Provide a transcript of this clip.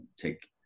take